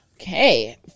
Okay